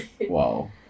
Wow